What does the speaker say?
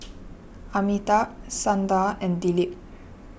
Amitabh Sundar and Dilip